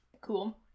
Cool